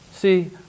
See